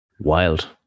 Wild